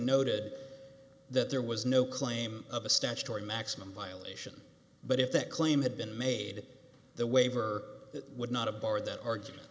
noted that there was no claim of a statutory maximum violation but if that claim had been made the waiver would not aboard that argument